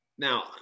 Now